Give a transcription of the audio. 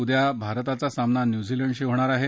उद्या भारताचा सामना न्यूझीलंडशी होणार आहे